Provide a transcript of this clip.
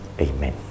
Amen